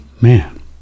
Man